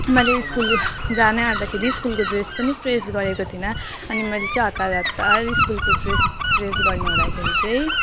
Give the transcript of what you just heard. मैले स्कुल जान आँट्दाखेरि स्कुलको ड्रेस पनि प्रेस गरेको थिइनँ अनि मैले चाहिँ हतार हतार स्कुलको ड्रेस प्रेस गर्ने हुँदाखेरि चाहिँ